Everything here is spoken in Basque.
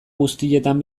guztietan